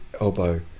elbow